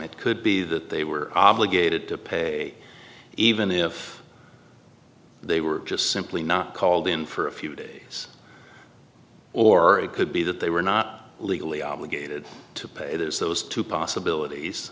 it could be that they were obligated to pay even if they were just simply not called in for a few days or it could be that they were not legally obligated to pay that is those two possibilities